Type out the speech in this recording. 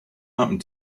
happened